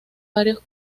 varios